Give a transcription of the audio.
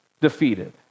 defeated